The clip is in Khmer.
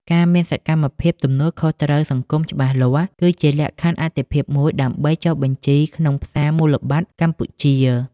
ការមានសកម្មភាពទំនួលខុសត្រូវសង្គមច្បាស់លាស់ គឺជាលក្ខខណ្ឌអាទិភាពមួយដើម្បីចុះបញ្ជីក្នុងផ្សារមូលបត្រកម្ពុជា។